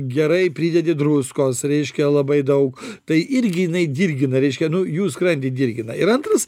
gerai pridedi druskos reiškia labai daug tai irgi jinai dirgina reiškia nu jų skrandį dirgina ir antras